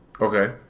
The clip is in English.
Okay